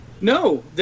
No